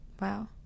Wow